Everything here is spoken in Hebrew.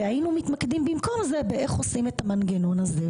ובמקום זה היינו מתמקדים איך עושים את המנגנון הזה.